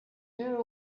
deux